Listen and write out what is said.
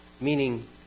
Meaning